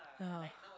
yeah